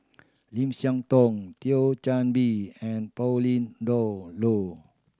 Lim Siah Tong Thio Chan Bee and Pauline Dawn Loh